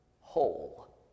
whole